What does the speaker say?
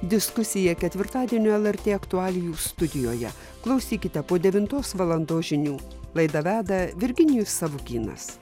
diskusija ketvirtadienio lrt aktualijų studijoje klausykite po devintos valandos žinių laidą veda virginijus savukynas